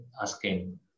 asking